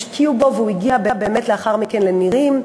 השקיעו בו והוא הגיע באמת לאחר מכן ל"נירים",